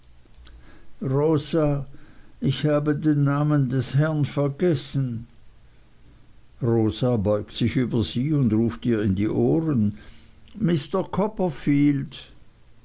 rosa ich habe den namen des herrn vergessen rosa beugt sich über sie und ruft ihr in die ohren mr copperfield